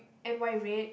and why weird